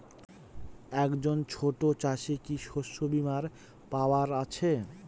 একজন ছোট চাষি কি শস্যবিমার পাওয়ার আছে?